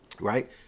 right